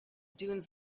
dunes